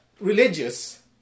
religious